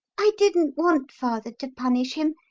i didn't want father to punish him,